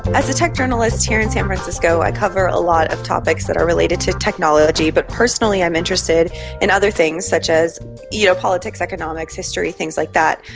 as a tech journalist here in san francisco i cover a lot of topics that are related to technology, but personally i'm interested in other things, such as you know politics, economics, history, things like that.